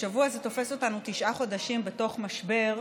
השבוע זה תופס אותנו תשעה חודשים בתוך משבר,